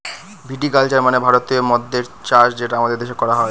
ভিটি culture মানে ভারতীয় মদ্যের চাষ যেটা আমাদের দেশে করা হয়